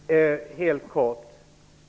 Herr talman! Jag vill helt kort säga följande.